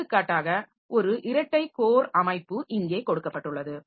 எடுத்துக்காட்டாக ஒரு இரட்டை கோர் அமைப்பு இங்கே கொடுக்கப்பட்டுள்ளது